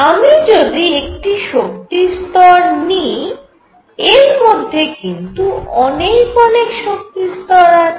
আমি যদি একটি শক্তি স্তর নিই এর মধ্যে কিন্তু অনেক অনেক শক্তি স্তর আছে